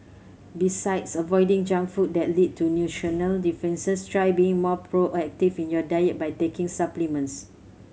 besides avoiding junk food that lead to nutritional deficiencies try being more proactive in your diet by taking supplements